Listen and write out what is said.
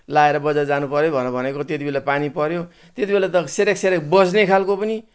लाएर बजार जानुपर्यो भनेर भनेको त्यतिबेला पानी पर्यो त्यति बेला त सेरेक सेरेक बज्ने खालको पनि